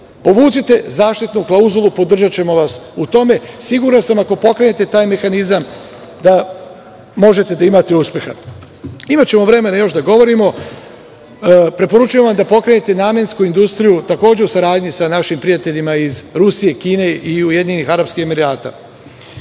Povucite zaštitnu klauzulu, podržaćemo vas u tome. Siguran sam ako pokrenete taj mehanizam da možete imati uspeha. Imaćemo vremena još da govorimo. Preporučujem vam da pokrenete namensku industriju, takođe u saradnji sa našim prijateljima iz Rusije, Kine i UAE.Što se tiče